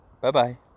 Bye-bye